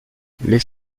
les